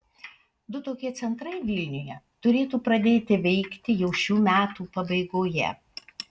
du tokie centrai vilniuje turėtų pradėti veikti jau šių metų pabaigoje